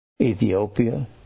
Ethiopia